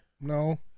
No